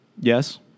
Yes